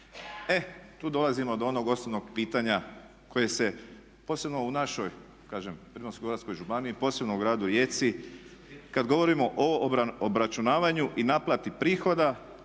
E tu dolazimo do onog osnovnog pitanja koje se, posebno u našoj, kažem Primorsko-goranskoj županiji, posebno u gradu Rijeci kada govorimo o obračunavanju i naplati prihoda